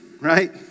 right